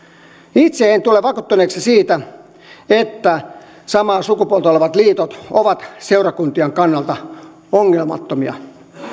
itse en tule vakuuttuneeksi siitä että samaa sukupuolta olevien liitot ovat seurakuntien kannalta ongelmattomia